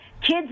Kids